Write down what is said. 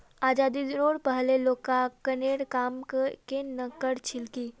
आज़ादीरोर पहले लेखांकनेर काम केन न कर छिल की